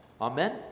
amen